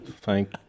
Thank